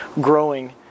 growing